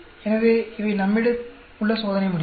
எனவே இவை நம்மிடம் உள்ள சோதனை முடிவுகள்